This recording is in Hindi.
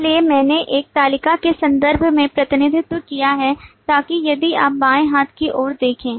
इसलिए मैंने एक तालिका के संदर्भ में प्रतिनिधित्व किया है ताकि यदि आप बाएं हाथ की ओर देखें